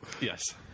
yes